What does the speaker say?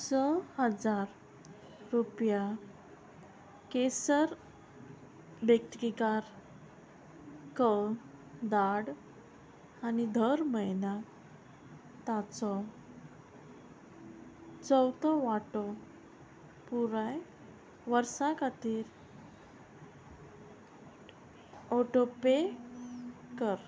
स हजार रुपया केसर व्यक्तिकार क धाड आनी धर म्हयन्याक ताचो चवथो वांटो पुराय वर्सा खातीर ऑटो पे कर